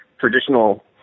Traditional